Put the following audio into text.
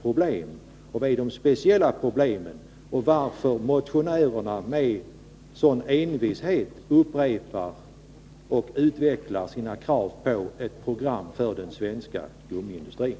Utskottsmajoriteten har inte heller frågat sig eller förstått varför motionärerna med sådan envishet upprepar och utvecklar sina krav på ett program för den svenska gummiindustrin.